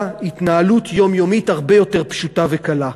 התנהלות יומיומית הרבה יותר פשוטה וקלה,